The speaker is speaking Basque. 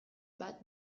bat